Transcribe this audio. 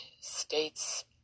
States